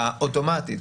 אוטומטית,